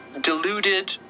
deluded